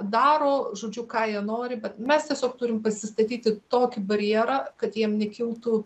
daro žodžiu ką jie nori bet mes tiesiog turim pasistatyti tokį barjerą kad jiem nekiltų